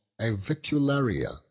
avicularia